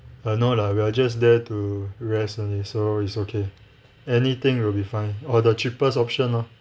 uh no lah we are just there to rest only so it's okay anything will be fine or the cheapest option lah